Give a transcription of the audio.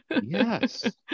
Yes